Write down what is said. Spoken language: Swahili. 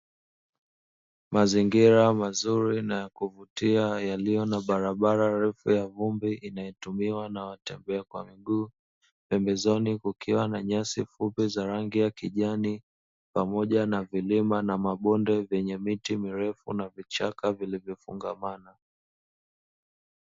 Mazingira mazuri na kuvutia yaliyo na barabara refu ya vumbi, inayotumiwa na watembee kwa miguu, pembezoni kukiwa na nyasi fupi za rangi ya kijani, pamoja na vilima na mabonde vyenye miti mirefu na vichaka vilivyofungamana.